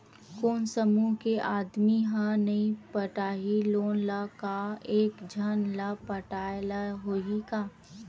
कोन समूह के आदमी हा नई पटाही लोन ला का एक झन ला पटाय ला होही का?